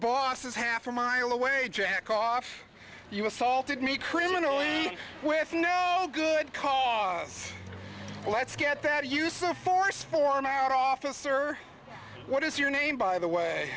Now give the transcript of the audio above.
boss is half a mile away jack off you assaulted me criminal with no good cause let's get that use of force for an ad officer what is your name by the way